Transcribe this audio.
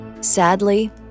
Sadly